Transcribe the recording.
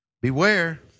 Beware